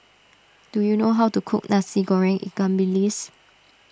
do you know how to cook Nasi Goreng Ikan Bilis